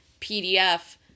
PDF